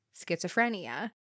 schizophrenia